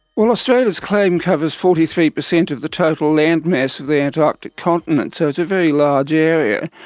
australia's claim covers forty three percent of the total land mass of the antarctic continent, so it's a very large area.